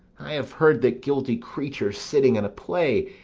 i have heard that guilty creatures, sitting at a play,